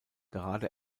gerade